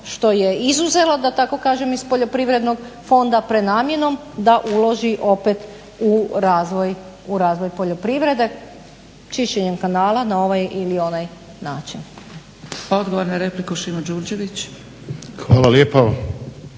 što je izuzela da tako kažem iz poljoprivrednog fonda prenamjenom da uloži opet u razvoj poljoprivrede čišćenjem kanala na ovaj ili onaj način.